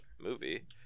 movie